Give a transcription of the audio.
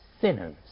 sinners